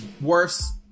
worse